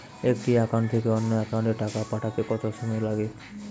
একটি একাউন্ট থেকে অন্য একাউন্টে টাকা পাঠাতে কত সময় লাগে?